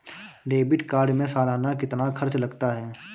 Debit card में सालाना कितना खर्च लगता है?